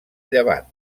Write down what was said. llevant